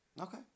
Okay